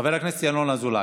חבר הכנסת ינון אזולאי,